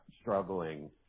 struggling